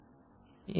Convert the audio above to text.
நான் செய்தது என்ன